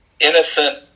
innocent